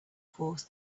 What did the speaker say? force